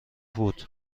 بود